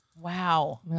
Wow